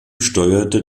steuerte